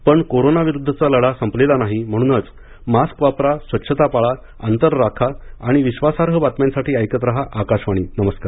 पण कोरोना विरुद्धचा लढा संपलेला नाही म्हणनच मास्क वापरा स्वच्छता पाळा अंतर राखा आणि विश्वासार्ह बातम्यांसाठी ऐकत राहा आकाशवाणी नमस्कार